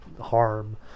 harm